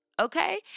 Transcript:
Okay